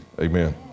Amen